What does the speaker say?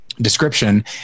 description